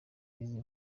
izi